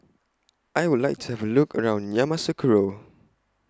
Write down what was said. I Would like to Have A Look around Yamoussoukro